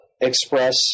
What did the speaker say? express